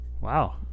Wow